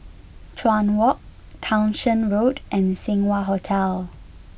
Chuan Walk Townshend Road and Seng Wah Hotel